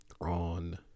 on